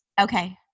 Okay